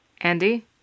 Andy